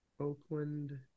Oakland